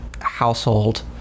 household